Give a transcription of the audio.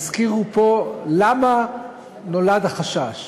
הזכירו פה למה נולד החשש: